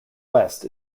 west